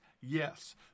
Yes